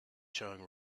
showing